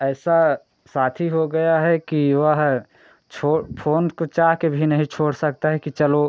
ऐसा साथी हो गया है कि वह छोड़ फोन को चाह के भी नहीं छोड़ सकता है कि चलो